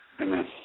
Amen